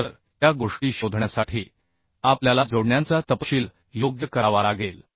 तर त्या गोष्टी शोधण्यासाठी आपल्याला जोडण्यांचा तपशील योग्य करावा लागेल